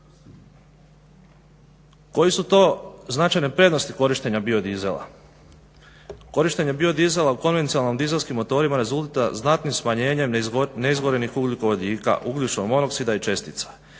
Koje su to značajne prednosti korištenja biodizela? Korištenje biodizela u konvencionalnim dizelskim motorima rezultat je znatnih smanjenja neizgorenih ugljikovodika, ugljičnog monoksida i čestica.